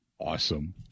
awesome